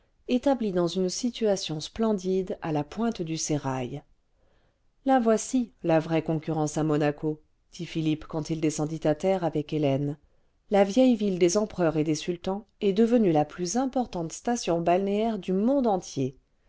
établi dans une situation splendide à la pointe du sérail ce la voici la vraie concurrence à monaco dit philippe quand il descendit à terre avec hélène la vieille ville des empereurs et des sultans est devenue la plus importante station balnéaire du monde entier